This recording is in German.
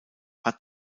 hat